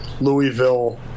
Louisville